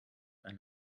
ein